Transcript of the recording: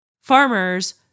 farmers